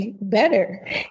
better